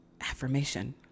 affirmation